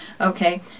Okay